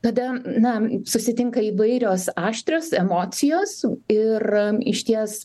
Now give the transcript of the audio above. tada na susitinka įvairios aštrios emocijos ir išties